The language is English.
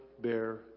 bear